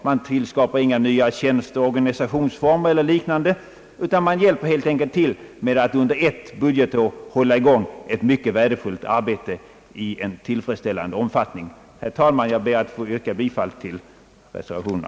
Man skapar inga nya tjänster, organisationsformer eller liknande, utan man hjälper helt enkelt till med att under ett budgetår hålla i gång ett mycket värdefullt arbete i tillfredsställande omfattning. Herr talman! Jag ber att få yrka bifall till reservationen.